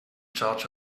charge